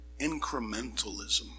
incrementalism